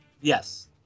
Yes